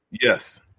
Yes